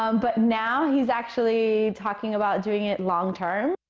um but now, he is actually talking about doing it long-term.